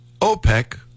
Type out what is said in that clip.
OPEC